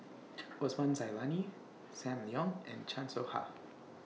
Osman Zailani SAM Leong and Chan Soh Ha